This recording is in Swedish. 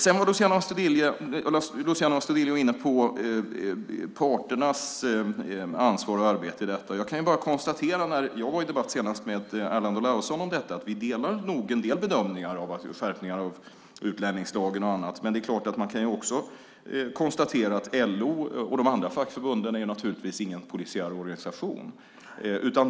Luciano Astudillo var inne på parternas ansvar och arbete i detta. Jag har debatterat detta med Erland Olauson och kan konstatera att vi nog delar en del bedömningar om skärpning av utlänningslagen och annat. Men det är klart att LO och de andra fackförbunden inte är polisiära organisationer.